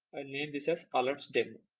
ah name this as alertsdemo.